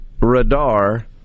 radar